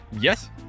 Yes